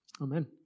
Amen